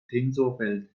tensorfeld